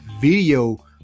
video